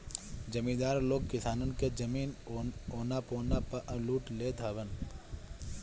जमीदार लोग किसानन के जमीन औना पौना पअ लूट लेत हवन